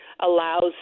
allows